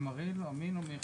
במועצת גנים ביום